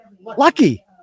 Lucky